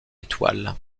étoile